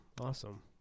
awesome